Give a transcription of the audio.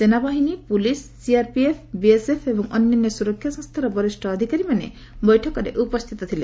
ସେନାବାହିନୀ police CRPF BSF ଏବଂ ଅନ୍ୟାନ୍ୟ ସ୍ୱରକ୍ଷା ସଂସ୍କାର ବରିଷ୍ଣ ଅଧିକାରୀମାନେ ବୈଠକରେ ଯୋଗ ଦେଇଥିଲେ